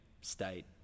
state